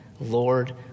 Lord